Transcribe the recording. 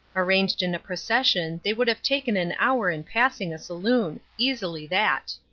arranged in a procession they would have taken an hour in passing a saloon easily that.